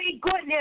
goodness